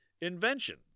invention